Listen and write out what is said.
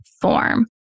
form